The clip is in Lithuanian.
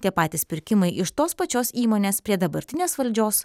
tie patys pirkimai iš tos pačios įmonės prie dabartinės valdžios